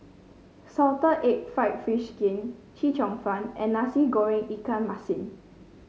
Salted Egg fried fish skin Chee Cheong Fun and Nasi Goreng Ikan Masin